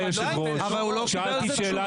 אבל הוא לא קיבל על זה תשובה.